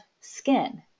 skin